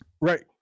Right